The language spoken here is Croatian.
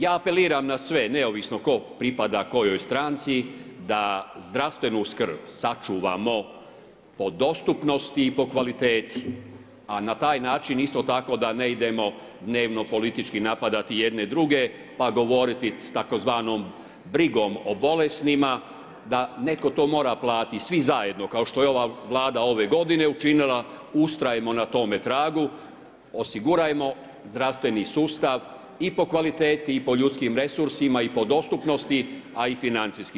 Ja apeliram na sve, neovisno tko pripada kojoj stranci da zdravstvenu skrb sačuvamo po dostupnosti i po kvaliteti a na taj način isto tako da ne idemo dnevno politički napadati jedni druge pa govoriti s tzv. brigom o bolesnima, da netko to mora platiti i svi zajedno kao što je ova Vlada ove godine učinila, ustrajmo na tome tragu, osigurajmo zdravstveni sustav i po kvaliteti i po ljudskim resursima i po dostupnosti a i financijski.